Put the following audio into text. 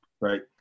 right